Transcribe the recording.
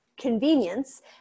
convenience